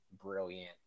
brilliant